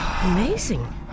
Amazing